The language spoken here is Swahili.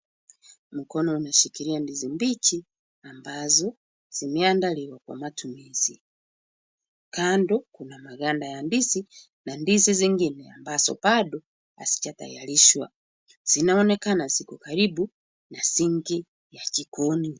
Mkono uneshikilia ndizi mbichi ambazo zimeandaliwa kwa matumizi. Kando kuna maganda ya ndizi, na ndizi zingine ambazo bado hazijatayarishwa .Zinaonekana ziko karibu na sinki ya jikono.